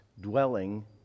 dwelling